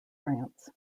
france